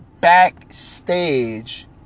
Backstage